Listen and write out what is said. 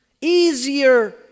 easier